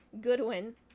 Goodwin